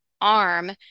arm